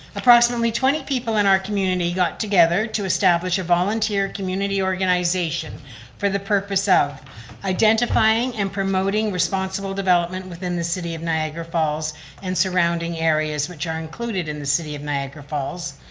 approximately, twenty people in our community got together to establish a volunteer community organization for the purpose of identifying and promoting responsible development within the city of niagara falls and surrounding areas which are included in the city of niagara falls.